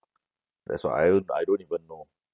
that's why I I don't even know